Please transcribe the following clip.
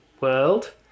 World